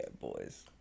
boys